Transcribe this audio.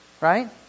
Right